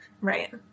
Right